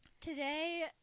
Today